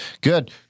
Good